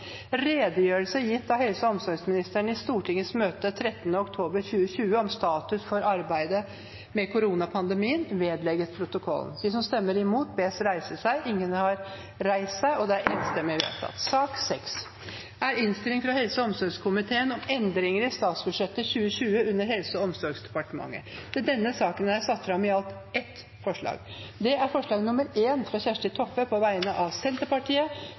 redegjørelse gitt av helse- og omsorgsministeren i Stortingets møte den 13. oktober 2020 om status for arbeidet med koronapandemien vedlegges protokollen. – Det anses vedtatt. Under debatten har Kjersti Toppe satt fram et forslag på vegne av Senterpartiet